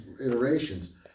iterations